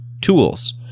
tools